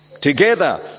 together